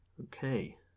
Okay